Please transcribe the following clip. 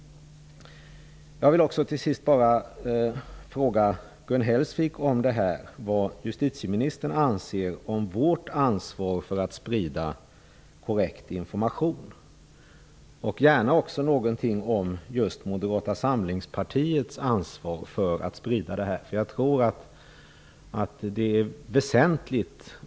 Till sist vill jag fråga vad justitieministern anser om vårt ansvar för att sprida korrekt information. Jag vill också gärna veta någonting om just Moderata samlingspartiets ansvar för att sprida korrekt information.